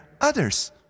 others